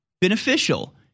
beneficial